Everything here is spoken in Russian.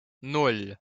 ноль